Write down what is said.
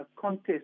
contest